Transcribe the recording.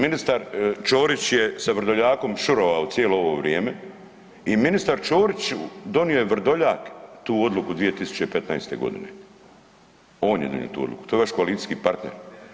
Ministar Ćorić je sa Vrdoljakom šurovao cijelo ovo vrijeme i ministar Ćorić donio je Vrdoljak tu odluku 2015. godine, on je donio tu odluku, to je vaš koalicijski partner.